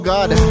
God